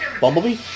Bumblebee